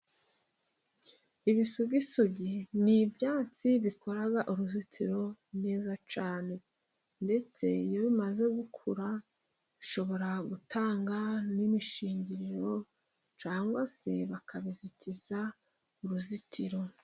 Ibisugisugi ni ibyatsi bikora uruzitiro neza cyane，ndetse iyo bimaze gukura， bishobora gutanga n'imishingiriro ，cyangwa se bakabizitiza uruzitiro.